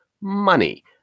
money